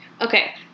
okay